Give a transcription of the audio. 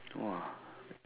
!wah!